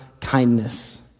kindness